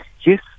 Yes